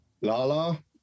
Lala